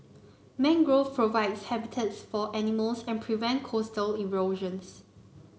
mangrove provide habitats for animals and prevent coastal erosion